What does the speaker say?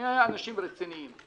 נהיה אנשים רציניים,